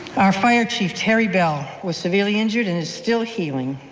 our fire chief, terry bell, was severely injured and is still healing.